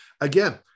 Again